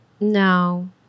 No